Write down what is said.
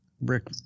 Rick